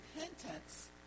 repentance